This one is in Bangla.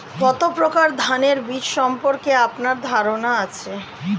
কত প্রকার ধানের বীজ সম্পর্কে আপনার ধারণা আছে?